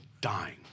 dying